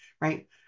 right